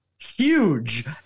huge